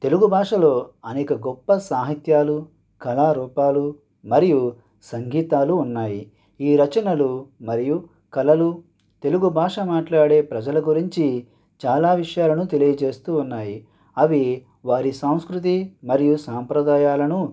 తెలుగు భాషలో అనేక గొప్ప సాహిత్యాలు కళారూపాలు మరియు సంగీతాలు ఉన్నాయి ఈ రచనలు మరియు కళలు తెలుగు భాష మాట్లాడే ప్రజల గురించి చాలా విషయాలను తెలియచేస్తు ఉన్నాయి అవి వారి సంస్కృతి మరియు సాంప్రదాయాలను